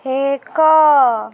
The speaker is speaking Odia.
ଏକ